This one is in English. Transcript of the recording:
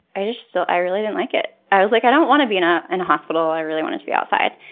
i just just so really didn't like it. i was like, i don't wanna be in a and hospital. i really wanted to be outside.